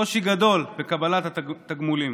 קושי גדול בקבלת התגמולים.